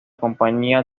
compañía